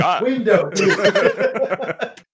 window